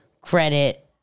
credit